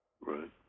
right